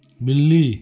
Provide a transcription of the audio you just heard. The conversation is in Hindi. बिल्ली